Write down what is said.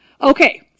Okay